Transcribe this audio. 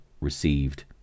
received